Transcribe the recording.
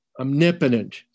omnipotent